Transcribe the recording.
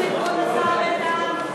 כבוד השר בן-דהן.